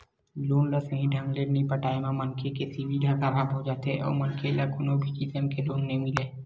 loan ल सहीं ढंग ले नइ पटाए म मनखे के सिविल ह खराब हो जाथे अउ मनखे ल कोनो भी किसम के लोन नइ मिलय